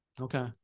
Okay